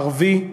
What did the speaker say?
הערבי,